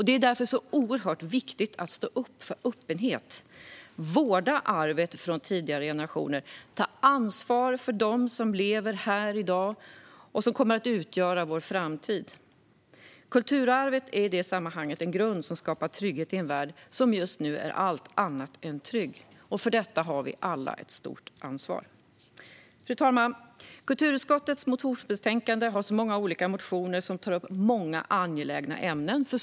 Det är därför oerhört viktigt att stå upp för öppenhet, vårda arvet från tidigare generationer och ta ansvar för dem som lever här i dag och för dem som kommer att utgöra vår framtid. Kulturarvet är i det sammanhanget en grund som skapar trygghet i en värld som just nu är allt annat än trygg. För detta har vi alla ett stort ansvar. Fru talman! I kulturutskottets motionsbetänkande behandlas många olika motioner som tar upp många angelägna ämnen.